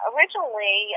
Originally